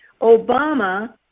Obama